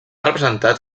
representat